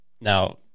Now